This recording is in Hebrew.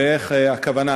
ומה הכוונה.